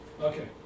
Okay